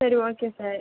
சரி okay sir